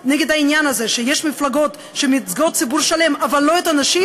לעניין הזה שיש מפלגות שמייצגות ציבור שלם אבל לא את הנשים,